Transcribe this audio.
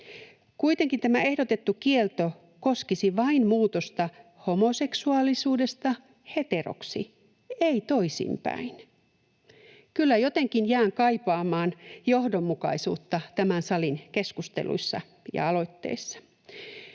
Kuitenkin tämä ehdotettu kielto koskisi vain muutosta homoseksuaalista heteroksi, ei toisinpäin. Kyllä jotenkin jään kaipaamaan johdonmukaisuutta tämän salin keskusteluissa ja aloitteissa.